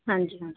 ਹਾਂਜੀ ਹਾਂਜੀ